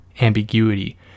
ambiguity